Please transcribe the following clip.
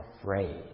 afraid